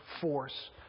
force